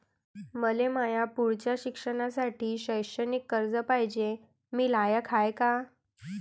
मले माया पुढच्या शिक्षणासाठी शैक्षणिक कर्ज पायजे, मी लायक हाय का?